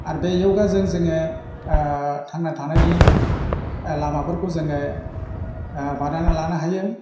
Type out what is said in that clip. आर बे योगाजों जोङो थांना थानायनि लामाफोरखौ जोङो बानायना लानो हायो